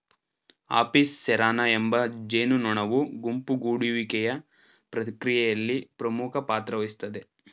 Apis cerana ಎಂಬ ಜೇನುನೊಣವು ಗುಂಪು ಗೂಡುವಿಕೆಯ ಪ್ರಕ್ರಿಯೆಯಲ್ಲಿ ಪ್ರಮುಖ ಪಾತ್ರವಹಿಸ್ತದೆ